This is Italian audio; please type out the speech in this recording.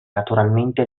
naturalmente